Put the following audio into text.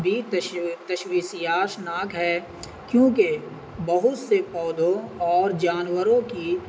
بھیشو تشوی سیاش ناک ہے کیونکہ بہت سے پودوں اور جانوروں کی